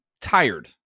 tired